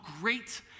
great